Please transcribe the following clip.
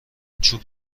چوب